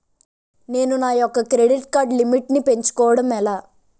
నేను నా యెక్క క్రెడిట్ కార్డ్ లిమిట్ నీ పెంచుకోవడం ఎలా?